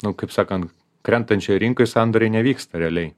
nu kaip sakant krentančioj rinkoj sandoriai nevyksta realiai